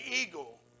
eagle